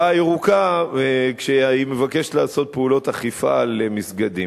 הירוקה כשהיא מבקשת לעשות פעולות אכיפה למסגדים.